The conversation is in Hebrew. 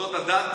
מוסדות הדת,